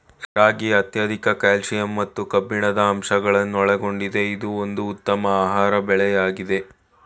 ರಾಗಿ ಅತ್ಯಧಿಕ ಕ್ಯಾಲ್ಸಿಯಂ ಮತ್ತು ಕಬ್ಬಿಣದ ಅಂಶಗಳನ್ನೊಳಗೊಂಡಿದೆ ಇದು ಒಂದು ಉತ್ತಮ ಆಹಾರ ಬೆಳೆಯಾಗಯ್ತೆ